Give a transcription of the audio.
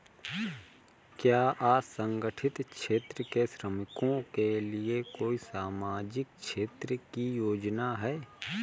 क्या असंगठित क्षेत्र के श्रमिकों के लिए कोई सामाजिक क्षेत्र की योजना है?